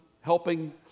helping